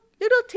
little